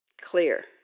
Clear